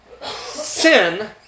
Sin